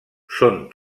són